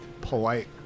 polite